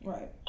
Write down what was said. Right